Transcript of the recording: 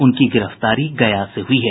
उनकी गिरफ्तारी गया से हुयी है